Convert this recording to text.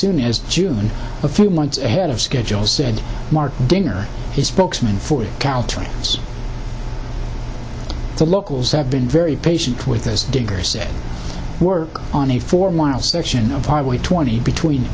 soon as june a few months ahead of schedule said mark danner his spokesman for caltrans the locals have been very patient with us diggers work on a four mile section of highway twenty between